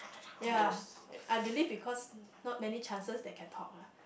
ya I believe because not many chances they can talk lah